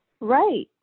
Right